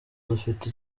dufite